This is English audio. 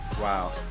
Wow